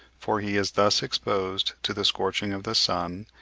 for he is thus exposed to the scorching of the sun,